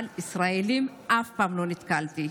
אבל בישראלים אף פעם לא נתקלתי.